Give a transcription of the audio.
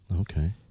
Okay